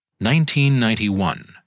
1991